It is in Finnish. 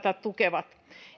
tukevat